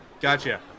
gotcha